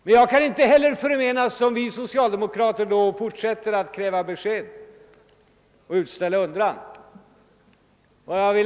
Men det kan inte heller förmenas oss socialdemokrater att fortsätta att kräva besked och ställa oss undrande.